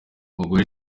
mugore